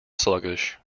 sluggish